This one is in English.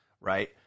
right